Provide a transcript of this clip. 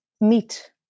meet